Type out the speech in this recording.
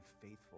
faithful